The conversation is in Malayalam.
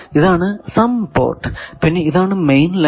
ഇതാണ് സം പോർട്ട് പിന്നെ ഇതാണ് മെയിൻ ലൈൻ